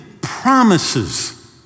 promises